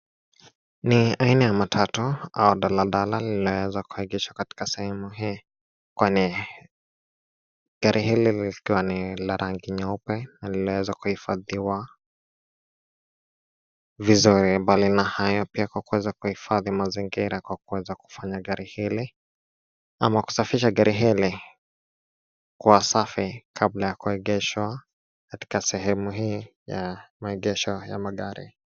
Ni aina ya matatu au daladala lililoweza kuegeshwa katika sehemu hii. Kwani gari hili likiwa ni la rangi nyeupe na lililoweza kuhifadhiwa vizuri. Bali na hayo pia kwa kuweza kuhifadhi mazingira, na kufanya gari hili ama kusafisha gari hili kuwa safi kabla ya kuegeshwa katika sehemu hii ya maegesho ya magari.